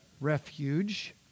refuge